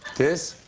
this?